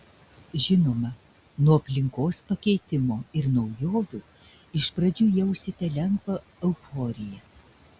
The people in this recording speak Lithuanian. žinoma nuo aplinkos pakeitimo ir naujovių iš pradžių jausite lengvą euforiją